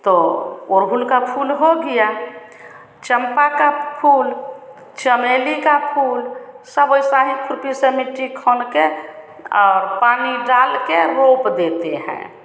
तो अड़हुल का फूल हो गया चम्पा का फूल चमेली का फूल सब वैसा ही खुरपी से मिट्टी खनकर और पानी डालकर रोप देते हैं